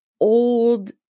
old